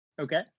Okay